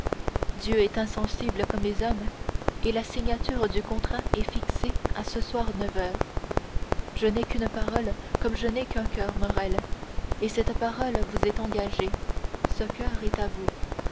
dieu est insensible comme les hommes et la signature du contrat est fixée à ce soir neuf heures je n'ai qu'une parole comme je n'ai qu'un coeur morrel et cette parole vous est engagée ce coeur est à vous